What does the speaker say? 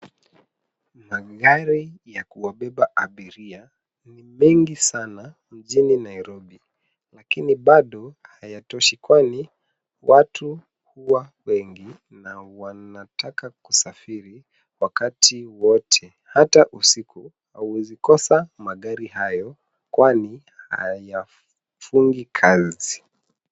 Magari ya kuwabeba abiria ni mengi sana mjini Nairobi lakini bado hayatoshi kwani watu huwa wengi na wanataka kusafiri wakati wote hata usiku hauwezi kosa magari hayo kwani hayafungi kazi.